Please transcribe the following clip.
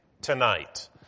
tonight